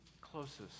closest